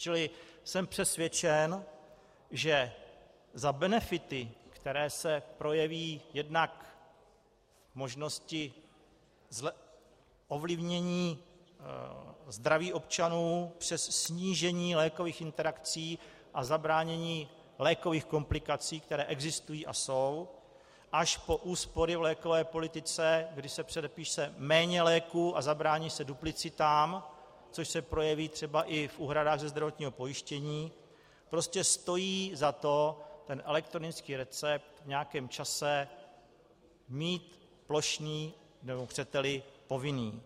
Čili jsem přesvědčen, že za benefity, které se projeví jednak v možnosti ovlivnění zdraví občanů přes snížení lékových interakcí a zabránění lékových komplikací, které existují a jsou, až po úspory v lékové politice, kdy se předepíše méně léků a zabrání se duplicitám, což se projeví třeba i v úhradách ze zdravotního pojištění, prostě stojí za to ten elektronický recept v nějakém čase mít plošný, nebo chceteli, povinný.